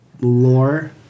lore